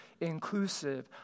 inclusive